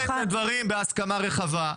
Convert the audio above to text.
-- ההחלטה היא ללכת על הדברים שהם בהסכמה רחבה,